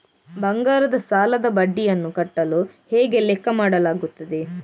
ಬಂಗಾರದ ಸಾಲದ ಬಡ್ಡಿಯನ್ನು ಕಟ್ಟಲು ಹೇಗೆ ಲೆಕ್ಕ ಮಾಡಲಾಗುತ್ತದೆ?